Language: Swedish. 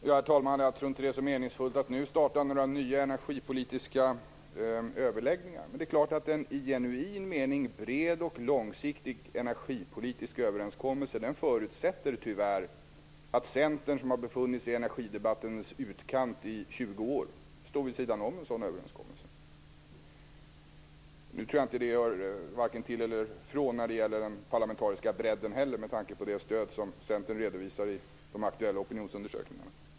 Herr talman! Jag tror inte att det är så meningsfullt att nu starta några nya energipolitiska överläggningar. Men det är klart att en i genuin mening bred och långsiktig energipolitisk överenskommelse tyvärr förutsätter att Centern, som har befunnit sig i energidebattens utkant i 20 år, står vid sidan om en sådan överenskommelse. Nu tror jag inte att det gör varken till eller från när det gäller den parlamentariska bredden heller, med tanke på det stöd som Centern redovisar i de aktuella opinionsundersökningarna.